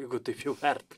jeigu taip jau vertin